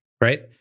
right